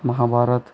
Mahabharat